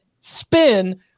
spin